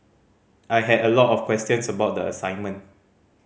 I had a lot of questions about the assignment